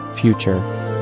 future